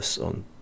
on